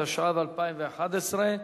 התשע"ב 2011,